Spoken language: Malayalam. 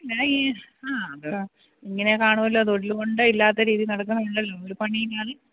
ഞാൻ ഈ ആ ഇങ്ങനെ കാണുവല്ലോ തൊഴിലുകൊണ്ട് ഇല്ലാത്ത രീതിയിൽ നടക്കുന്നത് ഉണ്ടല്ലോ ഒരു പണിയും ഇല്ലാതെ